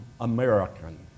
American